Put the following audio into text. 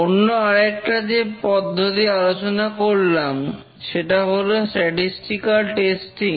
অন্য আরেকটা যে পদ্ধতি আলোচনা করলাম সেটা হল স্ট্যাটিস্টিকাল টেস্টিং